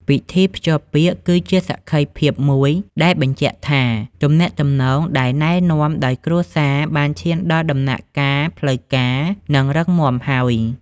ពិធីភ្ជាប់ពាក្យគឺជាសក្ខីភាពមួយដែលបញ្ជាក់ថា ទំនាក់ទំនងដែលណែនាំដោយគ្រួសារបានឈានដល់ដំណាក់កាលផ្លូវការ និងរឹងមាំហើយ។